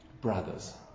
brothers